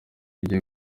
igiye